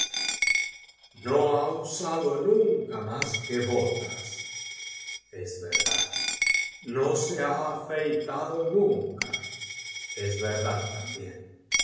no ha usado nunca mas que botas es verdad no se ha afeitado jamás es verdad también